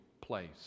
place